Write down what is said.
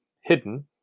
hidden